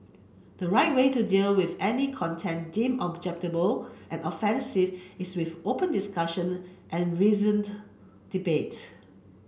the right way to deal with any content deemed objectionable and offensive is with open discussion and reasoned debate